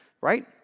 right